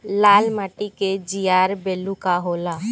लाल माटी के जीआर बैलू का होला?